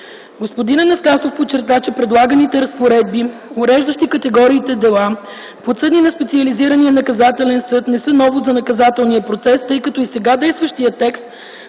Господин Анастасов подчерта, че предлаганите разпоредби, уреждащи категориите дела, подсъдни на специализирания наказателен съд, не са новост за наказателния процес, тъй като и сега действащият текст